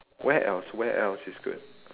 where else where else is good